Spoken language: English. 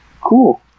Cool